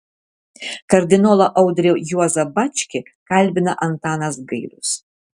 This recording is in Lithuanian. kardinolą audrį juozą bačkį kalbina antanas gailius